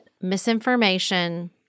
misinformation